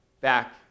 back